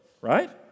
right